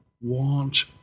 Want